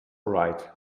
right